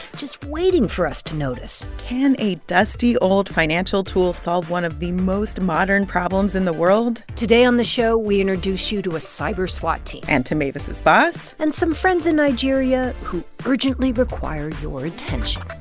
just waiting for us to notice can a dusty, old financial tool solve one of the most modern problems in the world? today on the show, we introduce you to a cyber swat team. and to mavis' boss. and some friends in nigeria who urgently require your attention